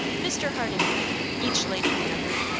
mr. hardenburgh, each lady remembered,